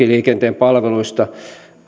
liikenteen palveluista